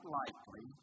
likely